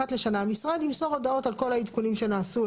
אחת לשנה המשרד ימסור הודעות על כל העדכונים שנעשו,